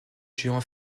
juan